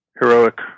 heroic